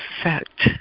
effect